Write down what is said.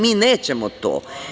Mi nećemo to.